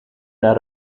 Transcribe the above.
naar